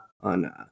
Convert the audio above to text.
on